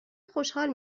خوشحال